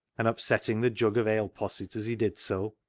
and upsetting the jug of ale-posset as he did so.